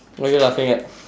what are you laughing at